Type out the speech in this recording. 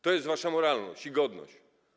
To jest wasza moralność i godność.